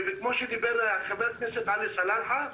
כמו שאמר חבר הכנסת עלי סלאלחה,